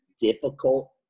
difficult